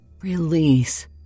Release